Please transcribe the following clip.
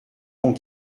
bon